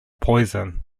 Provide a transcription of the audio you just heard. poison